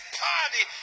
party